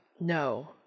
no